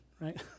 right